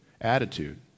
attitude